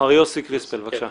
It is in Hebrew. מר יוסי קריספל, בבקשה.